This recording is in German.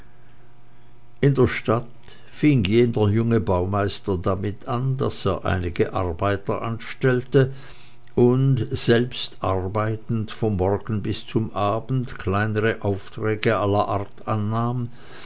in der stadt fing jener junge baumeister damit an daß er einige arbeiter anstellte und selbst arbeitend vom morgen bis zum abend kleinere aufträge aller art annahm